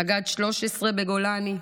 מג"ד 13 בגולני,